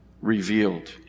revealed